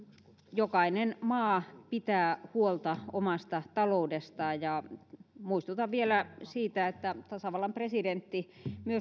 jokainen maa pitää huolta omasta taloudestaan ja muistutan vielä siitä että myös tasavallan presidentti